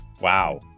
Wow